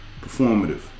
performative